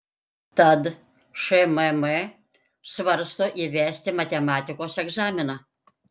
tad šmm svarsto įvesti matematikos egzaminą